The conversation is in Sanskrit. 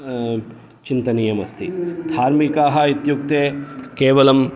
चिन्तनीयम् अस्ति धार्मिकाः इत्युक्ते केवलं